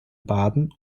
baden